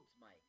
Mike